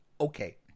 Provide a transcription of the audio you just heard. Okay